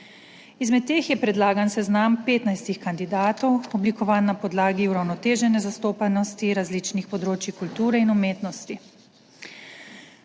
Izmed teh je predlagan seznam 15 kandidatov, oblikovan na podlagi uravnotežene zastopanosti različnih področij kulture in umetnosti.